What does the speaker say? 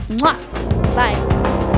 bye